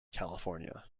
california